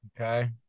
Okay